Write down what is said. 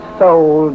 soul